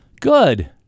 Good